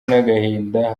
n’agahinda